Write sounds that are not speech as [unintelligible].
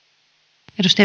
arvoisa [unintelligible]